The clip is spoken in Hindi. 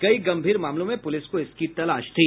कई गंभीर मामलों में पुलिस को इसकी तलाश थी